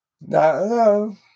No